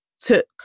took